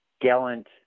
gallant